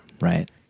Right